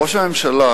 ראש הממשלה